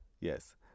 Yes